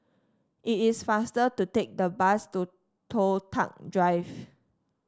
it is faster to take the bus to Toh Tuck Drive